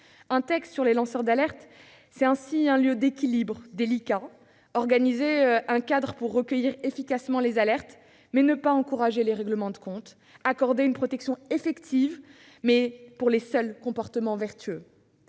Un texte sur les lanceurs d'alerte est ainsi le lieu d'un équilibre délicat : il s'agit d'organiser un cadre pour recueillir efficacement les alertes, sans encourager les règlements de comptes ; d'accorder une protection effective, mais seulement pour les comportements vertueux.